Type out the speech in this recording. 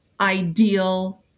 ideal